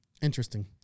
Interesting